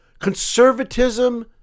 conservatism